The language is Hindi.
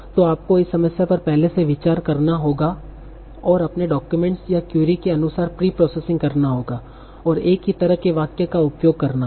तो आपको इस समस्या पर पहले से विचार करना होगा और अपने डाक्यूमेंट्स या क्वेरी के अनुसार प्री प्रोसेसिंग करना होगा और एक ही तरह के वाक्य का उपयोग करना होगा